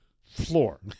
Floor